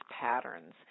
patterns